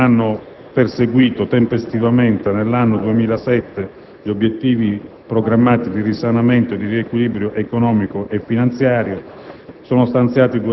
le Regioni che non hanno perseguito tempestivamente nell'anno 2007 gli obiettivi programmati di risanamento e di riequilibrio economico e finanziario.